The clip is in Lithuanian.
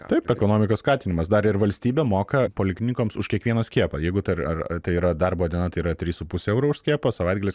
taip ekonomikos skatinimas dar ir valstybė moka poliklinikoms už kiekvieną skiepą jeigu tai ar ar tai yra darbo diena tai yra trys su puse euro už skiepą savaitgalis